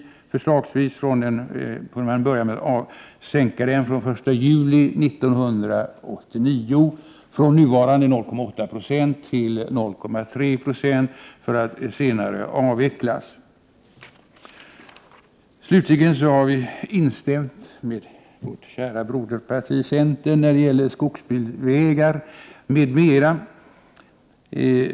Man kunde förslagsvis börja med att sänka den den 1 juli 1989 från nuvarande 0,8 90 till 0,3 20 och avveckla den senare. Slutligen har vi instämt med vårt kära broderparti centern när det gäller skogsbilvägar m.m.